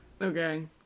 Okay